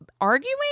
arguing